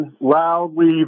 loudly